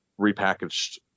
repackaged